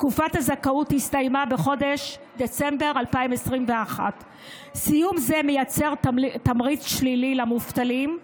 תקופת הזכאות הסתיימה בחודש דצמבר 2021. סיום זה מייצר תמריץ שלילי למובטלים,